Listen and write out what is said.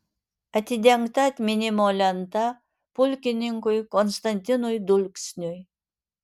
atidengta atminimo lenta pulkininkui konstantinui dulksniui